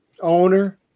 owner